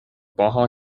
baja